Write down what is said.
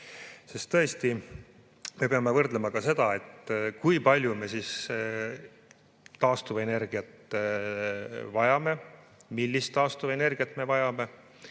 Tõesti, me peame võrdlema ka seda, kui palju me taastuvenergiat vajame, millist taastuvenergiat me vajame